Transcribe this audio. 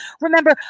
Remember